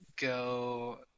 go